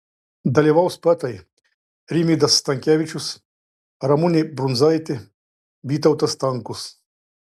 dalyvaus poetai rimvydas stankevičius ramunė brundzaitė vytautas stankus